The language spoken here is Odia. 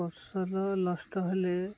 ଫସଲ ନଷ୍ଟ ହେଲେ